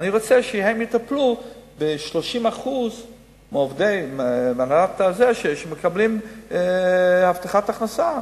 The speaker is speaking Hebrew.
אני רוצה שהם יטפלו ב-30% מהעובדים שמקבלים הבטחת הכנסה,